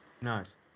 Nice